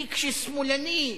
כי כש"שמאלני",